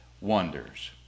wonders